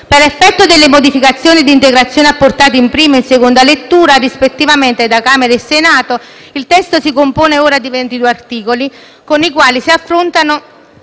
Per effetto delle modificazioni e integrazioni apportate in prima e seconda lettura, rispettivamente dal Senato e dalla Camera dei deputati, il testo si compone ora di 22 articoli con i quali si affrontano